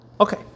Okay